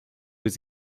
was